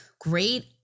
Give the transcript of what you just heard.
great